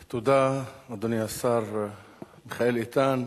תודה, השר מיכאל איתן.